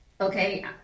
Okay